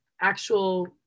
actual